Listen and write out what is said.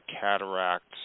cataracts